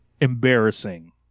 Embarrassing